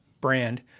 Brand